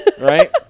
right